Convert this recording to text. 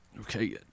Okay